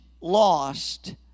lost